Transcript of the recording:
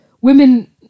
Women